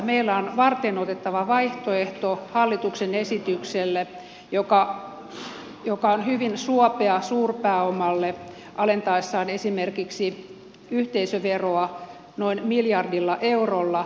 meillä on varteenotettava vaihtoehto hallituksen esitykselle joka on hyvin suopea suurpääomalle alentaessaan esimerkiksi yhteisöveroa noin miljardilla eurolla